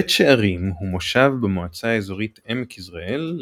בית שערים הוא מושב במועצה האזורית עמק יזרעאל,